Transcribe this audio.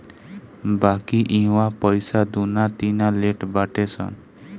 बाकी इहवा पईसा दूना तिना लेट बाटे सन